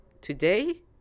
today